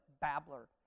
babbler